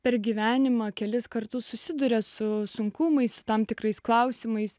per gyvenimą kelis kartus susiduria su sunkumais su tam tikrais klausimais